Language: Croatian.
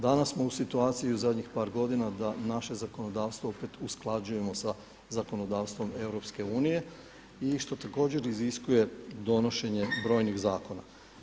Danas smo u situaciji u zadnjih par godina da naše zakonodavstvo opet usklađujemo sa zakonodavstvom EU i što također iziskuje donošenje brojnih zakona.